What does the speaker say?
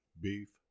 Beef